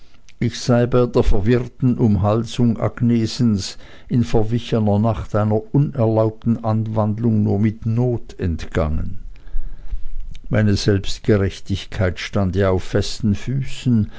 ich sei bei der verwirrten umhalsung agnesens in verwichener nacht einer unerlaubten anwandlung nur mit not entgangen meine selbstgerechtigkeit stand ja auf festen füßen